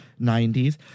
90s